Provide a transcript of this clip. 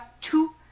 two